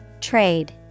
Trade